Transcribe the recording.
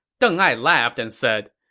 deng ai laughed and said,